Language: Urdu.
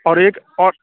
اور ایک اور